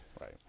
Right